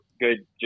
good